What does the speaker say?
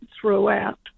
throughout